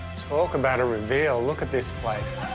talk about a reveal. look at this place.